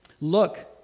Look